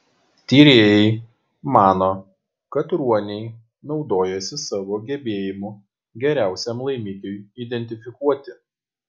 tyrėjai mano kad ruoniai naudojasi savo gebėjimu geriausiam laimikiui identifikuoti